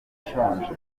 ushonje